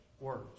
Words